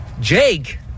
Jake